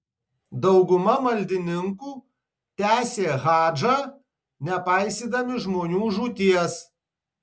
dauguma maldininkų tęsė hadžą nepaisydami žmonių žūties